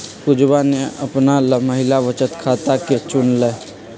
पुजवा ने अपना ला महिला बचत खाता के चुन लय